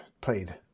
played